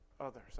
others